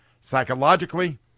Psychologically